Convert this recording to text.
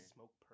Smoke